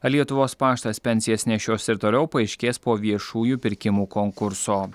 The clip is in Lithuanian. ar lietuvos paštas pensijas nešios ir toliau paaiškės po viešųjų pirkimų konkurso